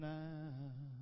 now